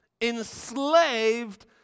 Enslaved